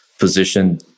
position